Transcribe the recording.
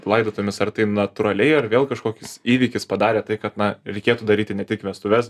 laidotuvėmis ar tai natūraliai ar vėl kažkoks įvykis padarė tai kad na reikėtų daryti ne tik vestuves